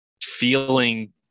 feeling